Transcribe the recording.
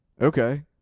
Okay